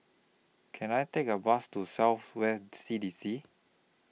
Can I Take A Bus to South West C D C